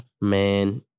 Man